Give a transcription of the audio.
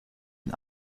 den